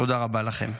תודה רבה לכם.